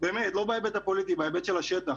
לא בהיבט הפוליטי, בהיבט של השטח